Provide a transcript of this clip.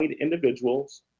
individuals